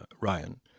Ryan